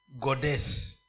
goddess